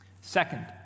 Second